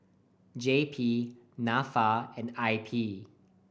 J P Nafa and I P